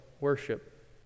worship